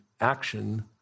action